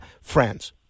friends